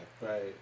Right